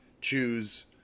choose